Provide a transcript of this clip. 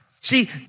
See